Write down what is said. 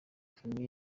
famille